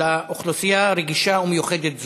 לאוכלוסייה רגישה ומיוחדת זו.